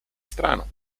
strano